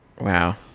Wow